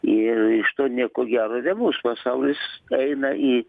ir iš to nieko gero nebus pasaulis eina į